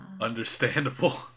Understandable